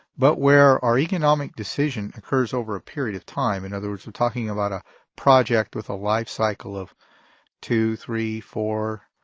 but where our economic decision occurs over a period of time, in other words, we're talking about a project with a life cycle of two, three, four